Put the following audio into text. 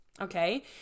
Okay